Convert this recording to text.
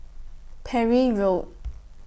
Parry Road